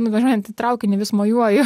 nuvažiuojantį traukinį vis mojuoju